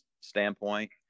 standpoint